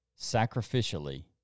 sacrificially